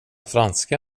franska